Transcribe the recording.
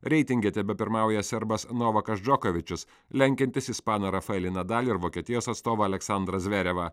reitinge tebepirmauja serbas novakas džokovičius lenkiantis ispaną rafaelį nadalį ir vokietijos atstovą aleksandrą zverevą